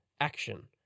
action